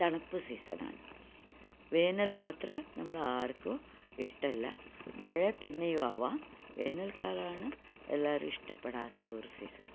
തണുപ്പ് സീസണാണ് വേനൽ മാത്രം നമ്മൾക്കാർക്കും ഇഷ്ടമല്ല മഴ പിന്നെയു ആവാം വേനൽക്കാലമാണ് എല്ലാവരും ഇഷ്ടപ്പെടാത്ത ഒരു സീസൺ